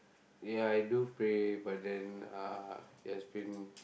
ya I do pray but then uh it has been